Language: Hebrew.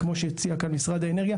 כמו שהציע כאן משרד האנרגיה,